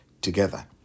together